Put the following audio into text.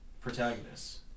protagonists